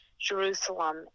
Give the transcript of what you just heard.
Jerusalem